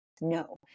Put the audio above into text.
No